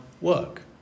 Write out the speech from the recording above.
work